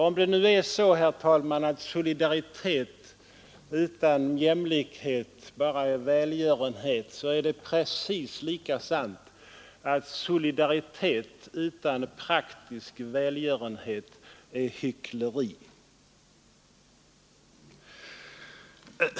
Om det nu är så att solidaritet utan jämlikhet bara är välgörenhet är det precis lika sant att solidaritet utan praktisk välgörenhet är hyckleri.